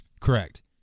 Correct